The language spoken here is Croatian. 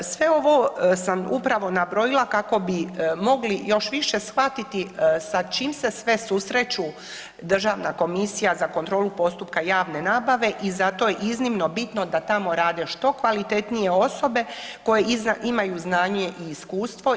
Sve ovo sam upravo nabrojila kako bi mogli još više shvatiti sa čim se sve susreću Državna komisija za kontrolu postupaka javne nabave i zato je iznimno bitno da tamo rade što kvalitetnije osobe koje imaju znanje i iskustvo.